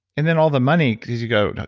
and then all the money, because you go